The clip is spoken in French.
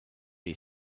est